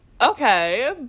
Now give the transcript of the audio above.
okay